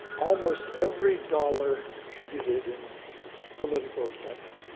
almost every dollar contributed in political spending